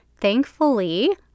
Thankfully